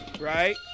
right